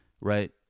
right